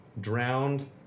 drowned